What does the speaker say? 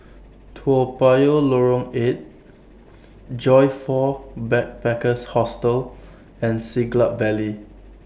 Toa Payoh Lorong eight Joyfor Backpackers' Hostel and Siglap Valley